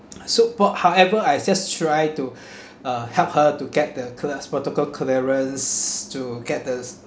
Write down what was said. so bu~ however I just try to uh help her to get the clear~ protocol clearance to get this